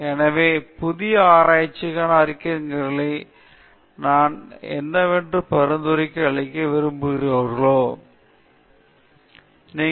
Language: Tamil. எனவே புதிய ஆராய்ச்சிக்கான அறிஞர்களுக்கு நான் என்னென்ன பரிந்துரைகளை அளிக்க விரும்புகிறீர்களோ நீங்கள் கலந்துரையாடப்பட்ட பேராசிரியர்களின் பட்டியல் வருகை தரும் சிறந்த ஆசிரியர்களின் பட்டியலைப் பார்க்கும்போது உங்கள் மாநாட்டிற்கு திட்டமிடப்பட்டுள்ளது